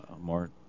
more